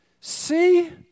see